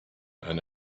and